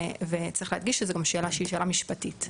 וצריך להדגיש שזו גם שאלה שהיא שאלה משפטית.